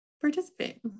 participate